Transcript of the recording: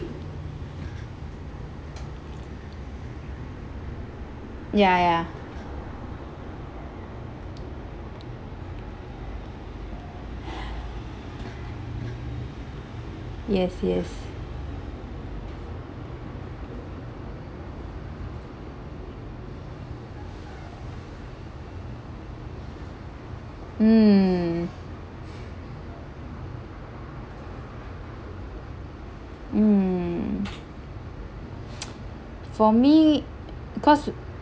ya ya yes yes mm mm for me cause